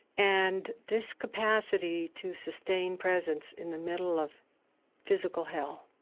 and this capacity to sustain presence in the middle of physical hell.